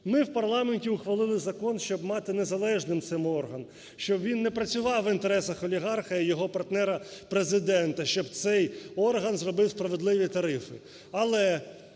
Ми в парламенті ухвалили закон, щоб мати незалежним цей орган, щоб він не працював в інтересах олігарха і його партнера Президента, щоб цей орган зробив справедливі тарифи.